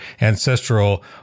ancestral